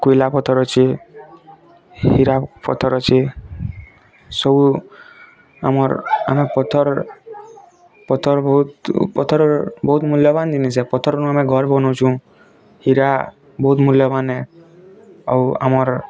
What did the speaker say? କୋଇଲା ପଥର ଅଛି ହୀରା ପଥର ଅଛି ସବୁ ଆମର ଆମେ ପଥରର ପଥର ବହୁତ ପଥରର ବହୁତ ମୂଲ୍ୟବାନ ଜିନିଷ ପଥରରୁ ଆମେ ଘର ବନଉଛୁଁ ହୀରା ବହୁତ ମୂଲ୍ୟବାନେ ଆଉ ଆମର